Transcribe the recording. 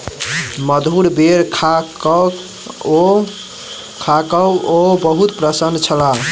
मधुर बेर खा कअ ओ बहुत प्रसन्न छलाह